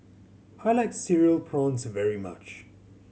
I like Cereal Prawns very much